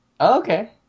okay